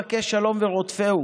בקש שלום ורדפהו".